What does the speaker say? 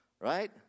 right